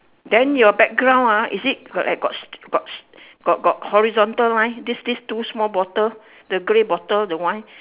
then your background ah is it got like got got got got horizontal line this this two small bottle the gray bottle the wine